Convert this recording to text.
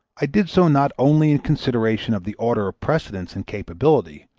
i did so not only in consideration of the order of precedence and capability,